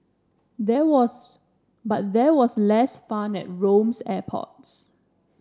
there was but there was less fun at Rome's airports